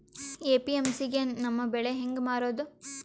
APMC ಗೆ ನಮ್ಮ ಬೆಳಿ ಹೆಂಗ ಮಾರೊದ?